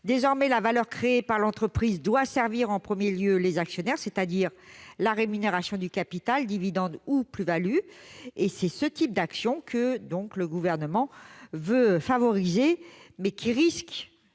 Désormais, la valeur créée par l'entreprise doit servir en premier lieu les actionnaires, c'est-à-dire la rémunération du capital, dividendes ou plus-values ; c'est ce type d'actions que le Gouvernement, donc, veut favoriser, mais qui risque